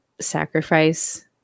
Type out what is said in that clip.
sacrifice